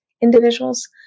individuals